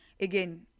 again